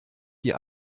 die